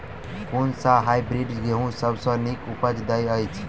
कुन सँ हायब्रिडस गेंहूँ सब सँ नीक उपज देय अछि?